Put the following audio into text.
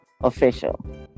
official